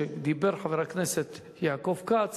כשדיבר חבר הכנסת יעקב כץ